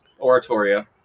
Oratoria